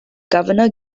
governor